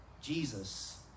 jesus